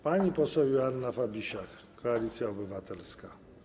Pani poseł Joanna Fabisiak, Koalicja Obywatelska.